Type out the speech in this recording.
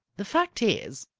the fact is,